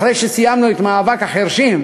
אחרי שסיימנו את מאבק החירשים,